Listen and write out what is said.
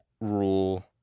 rule